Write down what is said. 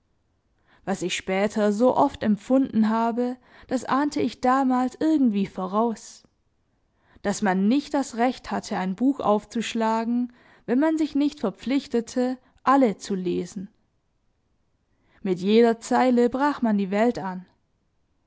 was ich später so oft empfunden habe das ahnte ich damals irgendwie voraus daß man nicht das recht hatte ein buch aufzuschlagen wenn man sich nicht verpflichtete alle zu lesen mit jeder zeile brach man die welt an